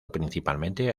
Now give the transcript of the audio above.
principalmente